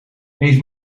heeft